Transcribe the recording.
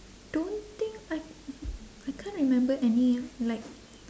don't think I I can't remember any like